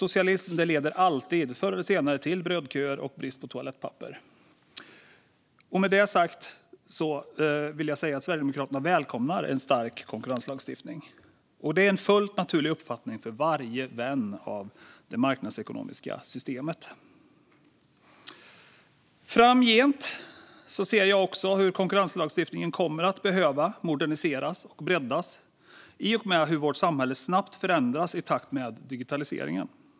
Socialism leder alltid, förr eller senare, till brödköer och brist på toalettpapper. Med detta sagt välkomnar Sverigedemokraterna en stark konkurrenslagstiftning. Det är en fullt naturlig uppfattning för varje vän av det marknadsekonomiska systemet. Framgent ser jag också hur konkurrenslagstiftningen kommer att behöva moderniseras och breddas i och med att vårt samhälle snabbt förändras i takt med digitaliseringen.